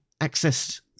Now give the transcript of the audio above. access